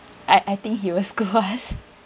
I I think he will scold us